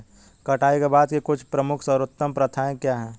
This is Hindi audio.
कटाई के बाद की कुछ प्रमुख सर्वोत्तम प्रथाएं क्या हैं?